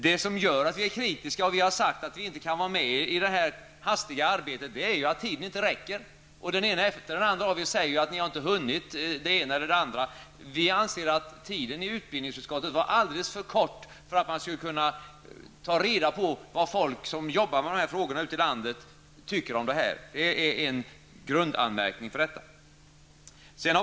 Det som gör att vi är kritiska och inte kan ställa oss bakom resultatet av det hastigt utförda arbetet är just att tiden inte har räckt till. Den ene efter den andre av er säger ju att ni inte har hunnit med allt. Vi anser att tiden i utbildningsutskottet var alldeles för kort för att ta reda på vad folk som arbetar med dessa frågor ute i landet tycker. Det är en grundanmärkning.